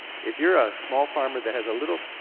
if you're a small farmer that has a little,